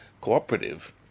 cooperative